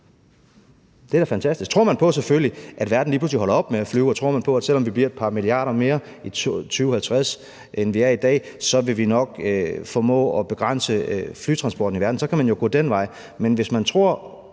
Det er da fantastisk. Tror man selvfølgelig på, at verden lige pludselig holder op med at flyve, og tror man på, at selv om vi bliver et par milliarder mere i 2050, end vi er i dag, så vil vi nok formå at begrænse flytransporten i verden, kan man jo gå den vej. Men hvis man tror